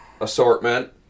assortment